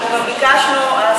ביקשנו ועדת הכלכלה,